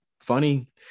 funny